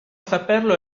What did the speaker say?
saperlo